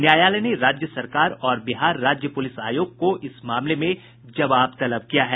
न्यायालय ने राज्य सरकार और बिहार राज्य प्रलिस आयोग को इस मामले में जवाब तलब किया है